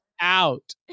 out